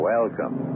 Welcome